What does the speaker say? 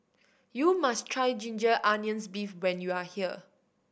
you must try ginger onions beef when you are here